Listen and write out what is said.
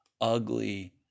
ugly